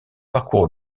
parcours